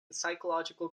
psychological